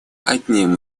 одним